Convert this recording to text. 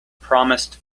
promised